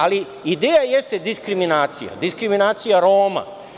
Ali, ideja jeste diskriminacija, diskriminacija Roma.